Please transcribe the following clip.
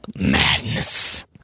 Madness